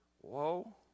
Whoa